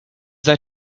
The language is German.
seid